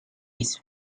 his